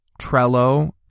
Trello